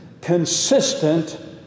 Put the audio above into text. consistent